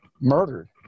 murdered